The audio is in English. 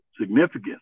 significance